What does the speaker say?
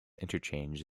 interchange